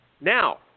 now